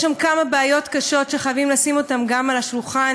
יש שם כמה בעיות קשות שחייבים לשים גם על השולחן,